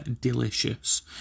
delicious